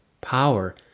power